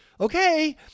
Okay